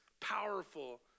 powerful